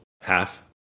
half